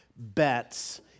bets